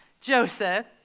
joseph